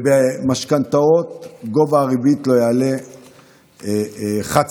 במשכנתאות, גובה הריבית הוא מספר חד-ספרתי,